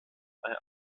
bei